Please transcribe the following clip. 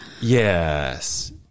Yes